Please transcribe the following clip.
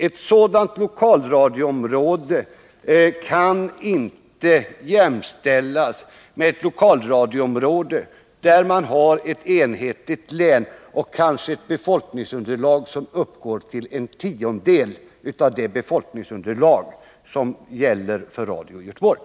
Ett sådant lokalradioområde kan inte jämställas med ett lokalradioområde för ett enda län och med ett befolkningsunderlag som kanske uppgår till en tiondel av det befolkningstal som gäller för Radio Göteborg.